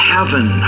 Heaven